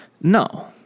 No